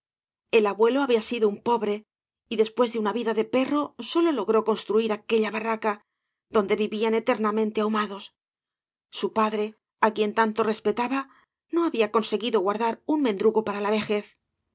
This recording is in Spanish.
el abuelo había sido un pobre y después de una vida de perro bóio logró construir aquella barraca donde vivían eternamente ahumados su padre á quien tanto respe taba no había conseguido guardar un mendrugo para la vejez